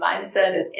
mindset